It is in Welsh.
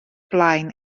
blaen